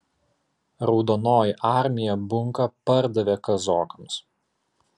raudonoji armija bunką pardavė kazokams